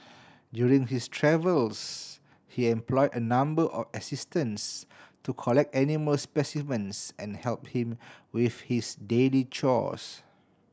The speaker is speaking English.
during his travels he employ a number of assistants to collect animal specimens and help him with his daily chores